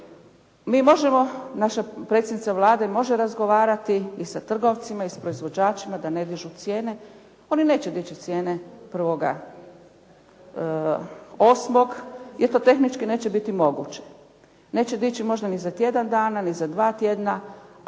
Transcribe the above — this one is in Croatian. Mi možemo, naša predsjednica Vlade može razgovarati i sa trgovcima i s proizvođačima da ne dižu cijene. Oni neće dići cijene 1.8. jer to tehnički neće biti moguće, neće dići možda ni za tjedan, ni za dva tjedna,